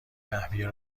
تهویه